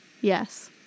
Yes